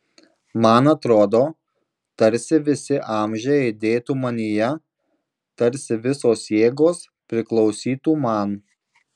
man atrodo tarsi visi amžiai aidėtų manyje tarsi visos jėgos priklausytų man